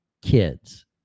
kids